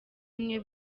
umwe